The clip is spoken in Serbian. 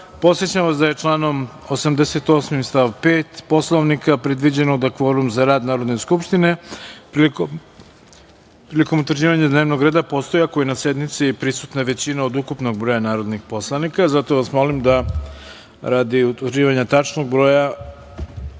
vas da je članom 88. stav 5. Poslovnika predviđeno za kvorum za rad Narodne skupštine prilikom utvrđivanja dnevnog reda postoji ako je na sednici prisutna većina od ukupnog broja narodnih poslanika. Zato vas molim da radi utvrđivanja tačnog broja,